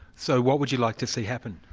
so what would you like to see happen?